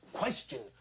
question